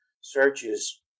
searches